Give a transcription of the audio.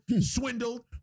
swindled